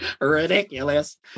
ridiculous